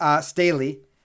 Staley